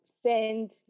send